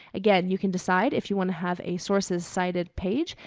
again, you can decide if you want to have a sources cited page.